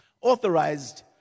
Authorized